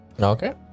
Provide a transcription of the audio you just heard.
Okay